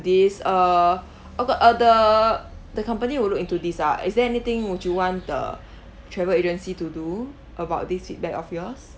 this uh uh the the company will look into this ah is there anything would you want the travel agency to do about this feedback of yours